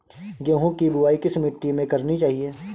गेहूँ की बुवाई किस मिट्टी में करनी चाहिए?